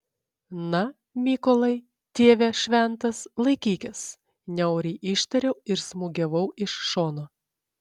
na mykolai tėve šventas laikykis niauriai ištariau ir smūgiavau iš šono